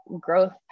growth